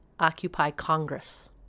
OccupyCongress